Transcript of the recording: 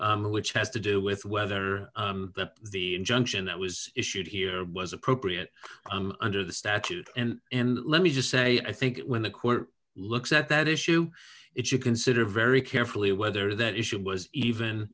issue which has to do with whether the injunction that was issued here was appropriate under the statute and let me just say i think when the court looks at that issue if you consider very carefully whether that issue was even